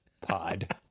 Pod